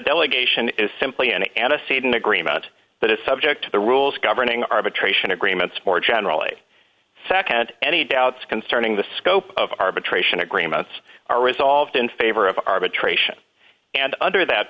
delegation is simply an antecedent agreement that is subject to the rules governing arbitration agreements more generally nd any doubts concerning the scope of arbitration agreements are resolved in favor of arbitration and under that